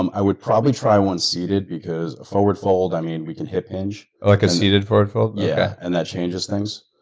um i would probably try one seated, because a forward fold, i mean, we can hip hinge. like a seated forward fold? okay. yeah. and that changes things.